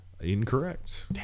Incorrect